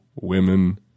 women